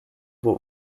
what